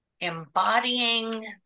embodying